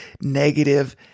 negative